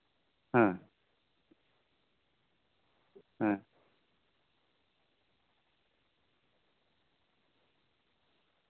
ᱦᱮᱸ ᱦᱮᱸ